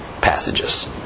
passages